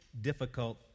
difficult